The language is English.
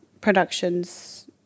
productions